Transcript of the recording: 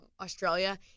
Australia